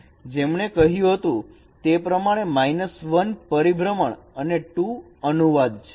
જેમને કહ્યું હતું તે પ્રમાણે 1 પરિભ્રમણ અને 2 અનુવાદ છે